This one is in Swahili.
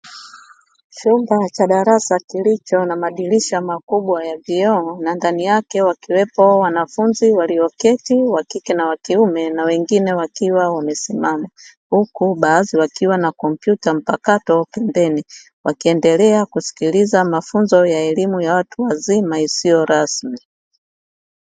Chumba cha darasa kilicho na madirisha makubwa ya vioo, na ndani yake wakiwepo wanafunzi walioketi wa kike na wa kiume na wengine wakiwa wamesimama. Huku baadhi wakiwa na kompyuta mpakato pembeni, wakiendelea kusikiliza mafunzo ya elimu ya watu wazima isiyo rasmi.